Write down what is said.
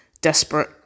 desperate